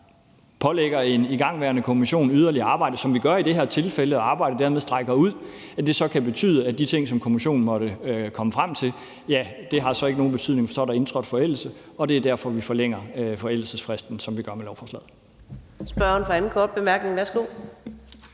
pålægger en igangværende kommission yderligere arbejde, hvilket vi gør i det her tilfælde, så arbejdet dermed trækker ud, og at det så kan betyde, at de ting, som kommissionen måtte komme frem til, ikke har nogen betydning, fordi der så er indtrådt forældelse. Det er derfor, vi med lovforslaget forlænger forældelsesfristen. Kl. 13:28 Fjerde næstformand